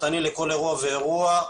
פרטני לכל אירוע ואירוע.